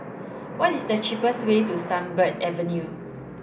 what is the cheapest way to Sunbird Avenue